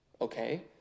Okay